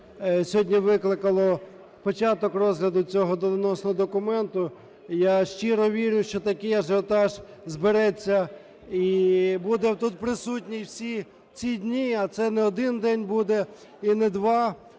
сьогодні викликало початок розгляду цього доленосного документу. Я щиро вірю, що такий ажіотаж збереться і буде тут присутній всі ці дні, а це не один день буде і не два,